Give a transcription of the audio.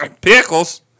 Pickles